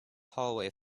hallway